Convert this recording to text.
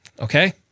okay